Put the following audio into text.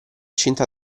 cinta